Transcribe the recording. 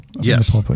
yes